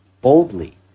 boldly